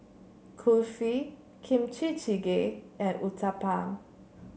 Kulfi Kimchi Jjigae and Uthapam